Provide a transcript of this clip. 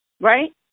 right